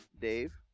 Dave